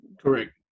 Correct